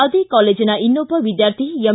ಅದೇ ಕಾಲೇಜಿನ ಇನ್ನೊಬ್ಬ ವಿದ್ದಾರ್ಥಿ ಎಂ